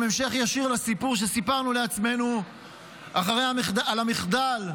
הם המשך ישיר לסיפור שסיפרנו לעצמנו אחרי המחדל,